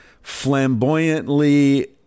flamboyantly